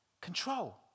Control